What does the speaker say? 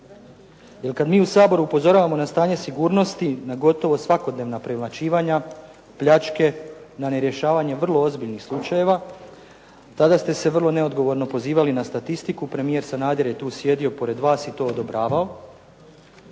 kad mi u Saboru upozoravamo na stanje sigurnosti, na gotovo svakodnevna premlaćivanja, pljačke, na nerješavanje vrlo ozbiljnih slučajeva, tada ste se vrlo neodgovorno pozivali na statistiku, premijer Sanader je tu sjedio pored vas i to odobravao,